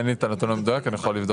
אין לי את הנתון המדויק, אני יכול לבדוק.